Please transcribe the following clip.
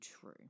true